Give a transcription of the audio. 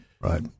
Right